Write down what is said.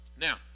Now